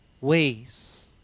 ways